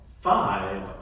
Five